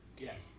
Yes